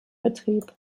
betrieb